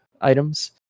items